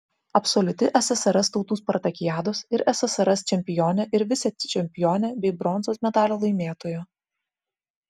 absoliuti ssrs tautų spartakiados ir ssrs čempionė ir vicečempionė bei bronzos medalio laimėtoja